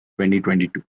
2022